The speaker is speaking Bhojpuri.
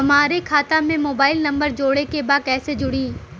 हमारे खाता मे मोबाइल नम्बर जोड़े के बा कैसे जुड़ी?